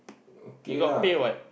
okay lah